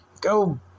Go